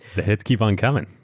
the hits keep on coming,